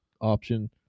option